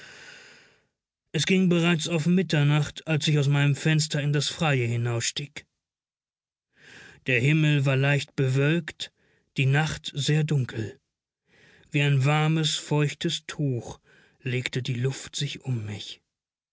es ging bereits auf mitternacht als ich aus meinem fenster in das freie hinausstieg der himmel war leicht bewölkt die nacht sehr dunkel wie ein warmes feuchtes tuch legte die luft sich um mich